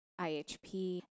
IHP